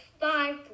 five